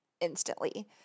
instantly